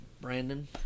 Brandon